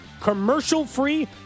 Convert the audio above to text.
commercial-free